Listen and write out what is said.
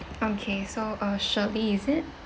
okay so uh sherly is it